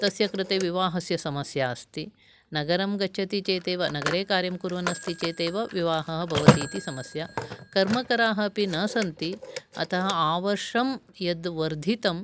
तस्य कृते विवाहस्य समस्या अस्ति नगरं गच्छति चेदेव नगरे कार्यं कुर्वन्नस्ति चेदेव विवाहः भवति इति समस्या कर्मकराः अपि न सन्ति अतः आवर्षं यद् वर्धितं